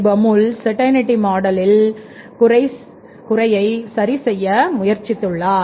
Baumol certainty மாடலில் குறையை சரி செய்ய முயற்சித்துள்ளார்